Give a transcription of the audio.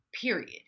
Period